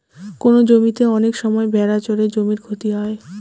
কোনো জমিতে অনেক সময় ভেড়া চড়ে জমির ক্ষতি হয়